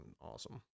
awesome